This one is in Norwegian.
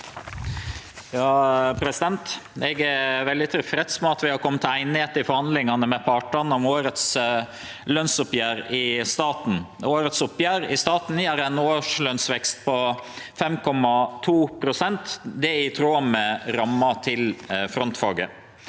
Eg er veldig tilfreds med at vi har kome til einigheit i forhandlingane med partane om årets lønsoppgjer i staten. Årets oppgjer i staten gjev ein årslønsvekst på 5,2 pst. Det er i tråd med ramma til frontfaget.